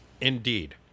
Indeed